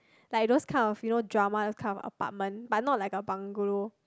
like those kind of like you know drama those kind of apartment but not like a bungalow